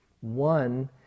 One